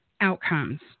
outcomes